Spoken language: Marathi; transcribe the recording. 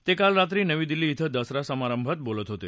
ते काल रात्री नवी दिल्ली िंद दसरा समारंभात बोलत होते